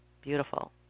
Beautiful